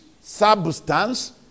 substance